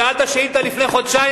שאלת שאילתא לפני חודשיים,